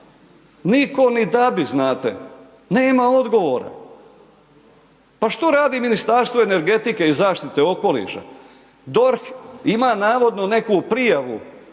Nitko ni da bi znate, nema odgovora. Pa što radi Ministarstvo energetike i zaštite okoliša? DORH ima navodnu neku prijavu